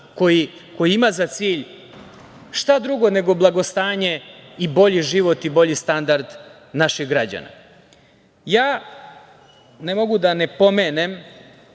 koji ima za cilj šta drugo nego blagostanje i bolji život i bolji standard naših građana. Ja ne mogu da ne pomenem